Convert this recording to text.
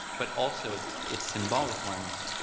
but also it's symbolic ones?